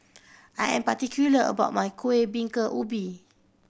I am particular about my Kueh Bingka Ubi